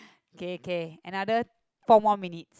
okay okay another four more minute